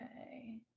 Okay